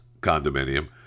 Condominium